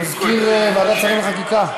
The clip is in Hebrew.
מזכיר ועדת שרים לחקיקה,